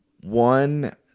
One